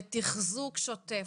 לתחזוק שוטף,